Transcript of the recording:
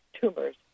tumors